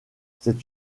c’est